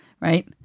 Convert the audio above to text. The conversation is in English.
right